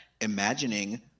imagining